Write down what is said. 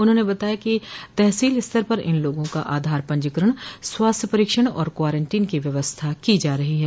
उन्होंने बताया कि तहसील स्तर पर इन लोगों का आधार पंजीकरण स्वास्थ्य परीक्षण और क्वारेंटीन की व्यवस्था की जा रही है